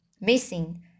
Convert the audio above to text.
missing